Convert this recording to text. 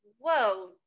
whoa